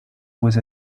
with